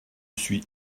suis